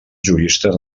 juristes